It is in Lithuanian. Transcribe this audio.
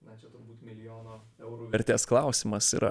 na čia turbūt milijono eurų vertės klausimas yra